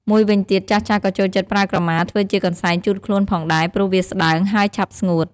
មួយវិញទៀត ចាស់ៗក៏ចូលចិត្តប្រើក្រមាធ្វើជាកន្សែងជូតខ្លួនផងដែរ ព្រោះវាស្ដើង ហើយឆាប់ស្ងួត។